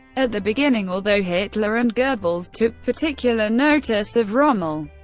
at the beginning, although hitler and goebbels took particular notice of rommel,